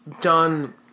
done